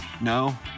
No